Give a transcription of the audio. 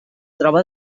troba